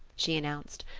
she announced.